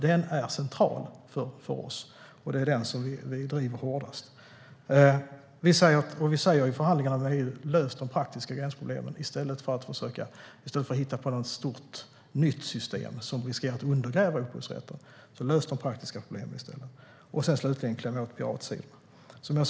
Den är central för oss, det är den vi driver hårdast, och vi säger i förhandlingarna med EU att det gäller att lösa de praktiska gränsproblemen i stället för att hitta på något stort nytt system som riskerar att undergräva upphovsrätten. Lös alltså de praktiska problemen i stället, och kläm åt piratsidorna.